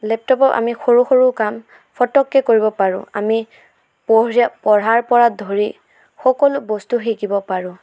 লেপটপত আমি সৰু সৰু কাম ফটককৈ কৰিব পাৰোঁ আমি পঢ়া পঢ়াৰপৰা ধৰি সকলো বস্তু শিকিব পাৰোঁ